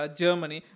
Germany